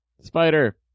spider